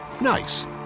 nice